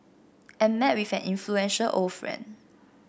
and met with an influential old friend